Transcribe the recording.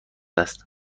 است